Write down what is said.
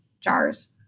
jars